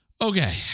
okay